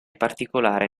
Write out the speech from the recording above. particolare